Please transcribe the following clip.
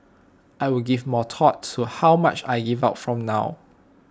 I will give more thought to how much I give out from now